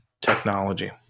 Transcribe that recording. technology